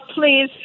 please